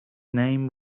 name